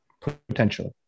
Potentially